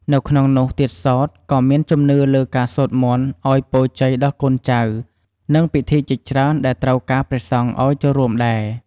នៅក្នុងនោះទៀតសោត ក៏មានជំនឿលើការសូត្រមន្តឲ្យពរជ័យដល់កូនចៅ និង ពិធីជាច្រើនដែលត្រូវការព្រះសង្ឃឲ្យចូលរួមដែរ។